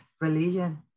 religion